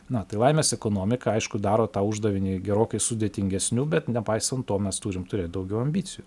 na tai laimės ekonomika aišku daro tą uždavinį gerokai sudėtingesniu bet nepaisant to mes turim turėt daugiau ambicijų